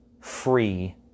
free